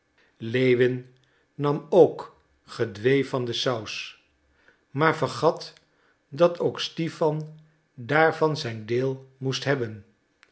lewin nam ook gedwee van de saus maar vergat dat ook stipan daarvan zijn deel moest hebben